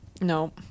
No